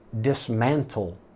dismantle